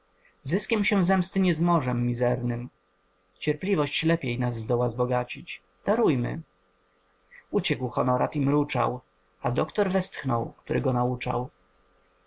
zyskiem się zemsty nie zmożem mizernym cierpliwość lepiej nas zdoła zbogacić darujmy uciekł honorat i mruczał a doktor westchnął który go nauczał